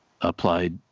applied